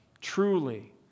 truly